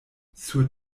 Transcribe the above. sur